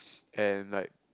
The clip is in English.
and like